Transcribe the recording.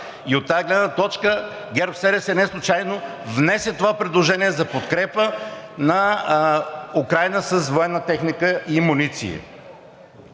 И от тази гледна точка ГЕРБ-СДС неслучайно внесе това предложение за подкрепа на Украйна с военна техника и муниции.